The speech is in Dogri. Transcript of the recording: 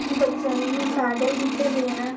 बच्चें गी मैडल दित्ते गे न